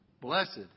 Blessed